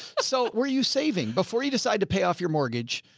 so were you saving before you decided to pay off your mortgage?